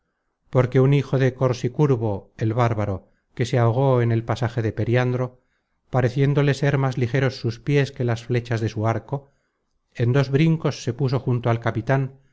porque un hijo de corsicurbo el bárbaro que se ahogó en el pasaje de periandro pareciéndole ser más ligeros sus piés que las fechas de su arco en dos brincos se puso junto al capitan